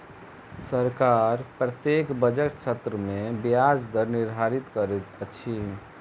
सरकार प्रत्येक बजट सत्र में ब्याज दर निर्धारित करैत अछि